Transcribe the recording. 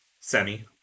Semi